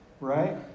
right